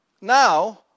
now